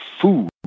food